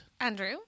andrew